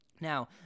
Now